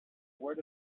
word